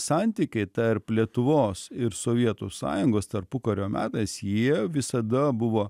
santykiai tarp lietuvos ir sovietų sąjungos tarpukario metais jie visada buvo